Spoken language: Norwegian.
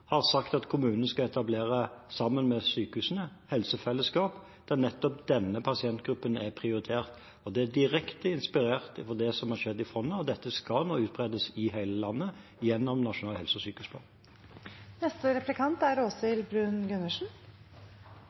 har sagt at kommunene, sammen med sykehusene, skal etablere helsefellesskap der nettopp denne pasientgruppen er prioritert. Det er direkte inspirert av det som har skjedd i Fonna, og dette skal nå utbres i hele landet gjennom Nasjonal helse- og sykehusplan.